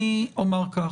אני אומר כך.